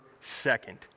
second